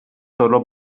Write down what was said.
solo